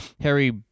Harry